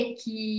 que